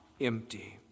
empty